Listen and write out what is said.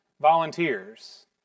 volunteers